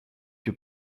que